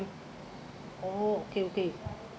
oh okay okay